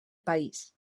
país